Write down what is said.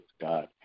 God